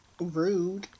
Rude